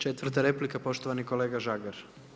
Četvrta replika, poštovani kolega Žagar.